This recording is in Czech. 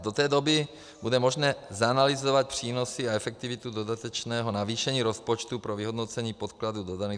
Do té doby bude možné zanalyzovat přínosy a efektivitu dodatečného navýšení rozpočtu pro vyhodnocení podkladů dodaných MŠMT.